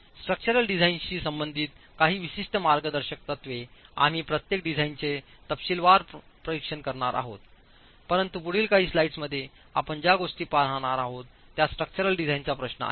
structural डिझाइनशी संबंधित काही विशिष्ट मार्गदर्शक तत्त्वेआम्ही प्रत्येक डिझाइनचे तपशीलवार परीक्षण करणार आहोत परंतु पुढील काही स्लाइड्समध्ये आपण ज्या गोष्टी पाहणार आहात त्या स्ट्रक्चरल डिझाइनचा प्रश्न आहे